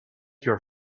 your